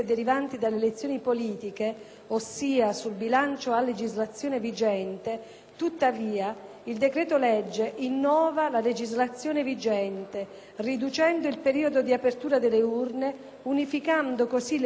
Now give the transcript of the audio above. tuttavia, il decreto-legge innova la legislazione vigente riducendo il periodo di apertura delle urne unificando così le modalità per tutti i tipi di elezione e determinando un sensibile risparmio.